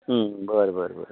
बरें बरें बरें